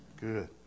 Good